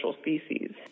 species